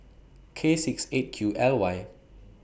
K six eight Q L Y